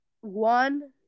one –